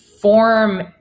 form